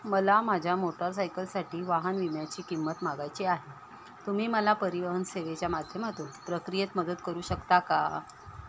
मला माझ्या मोटारसायकलसाठी वाहन विम्याची किंमत मागायची आहे तुम्ही मला परिवहन सेवेच्या माध्यमातून प्रक्रियेत मदत करू शकता का